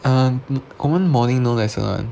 um 我们 morning no lesson [one]